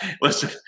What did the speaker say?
listen